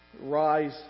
rise